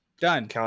Done